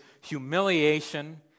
humiliation